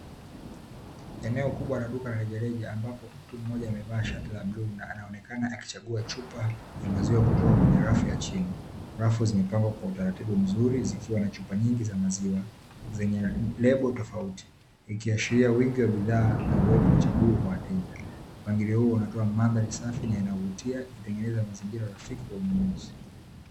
Eneo kubwa la duka la rejareja ambapo mtu mmoja amevaa shati la bluu na anaonekana akichagua chupa ya maziwa kutoka kwenye rafu ya chini. Rafu zimepangwa kwa utaratibu mzuri, zikiwa na chupa nyingi za maziwa zenye lebo tofauti, ikiashiria wingi wa bidhaa na uwepo wa chaguo kwa wateja. Mpangilio huu unatoa mandhari safi na inayovutia, ikitengeneza mazingira rafiki kwa mnunuzi.